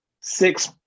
Six